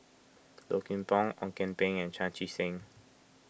Low Kim Pong Ong Kian Peng and Chan Chee Seng